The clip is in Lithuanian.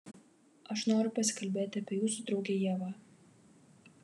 aš noriu pasikalbėti apie jūsų draugę ievą